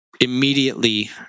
immediately